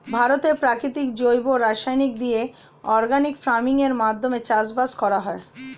ভারতে প্রাকৃতিক জৈব জিনিস দিয়ে অর্গানিক ফার্মিং এর মাধ্যমে চাষবাস করা হয়